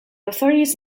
authorities